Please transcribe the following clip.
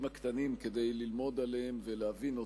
הקטנים כדי ללמוד עליהם ולהבין אותם,